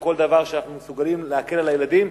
כל דבר שאנחנו מסוגלים כדי להקל על הילדים,